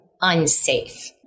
unsafe